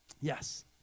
Yes